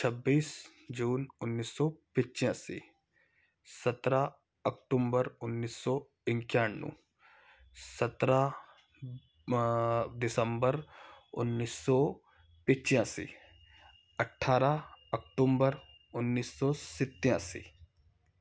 छब्बीस जून उन्नीस सौ पिच्चासी सत्रह अक्टूबर उन्नीस सौ इन्क्यानबे सत्रह दिसंबर उन्नीस सौ पिच्चासी अट्ठारह अक्टूबर उन्नीस सौ सत्तासी